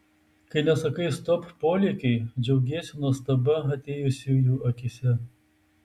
kai nesakai stop polėkiui džiaugiesi nuostaba atėjusiųjų akyse